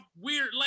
weird